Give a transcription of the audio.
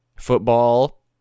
Football